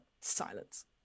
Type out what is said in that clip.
silence